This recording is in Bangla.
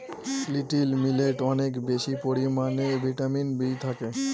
লিটিল মিলেটে অনেক বেশি পরিমানে ভিটামিন বি থাকে